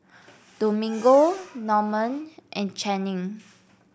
Domingo Norman and Channing